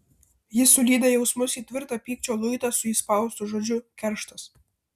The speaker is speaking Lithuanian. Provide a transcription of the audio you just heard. ji sulydė jausmus į tvirtą pykčio luitą su įspaustu žodžiu kerštas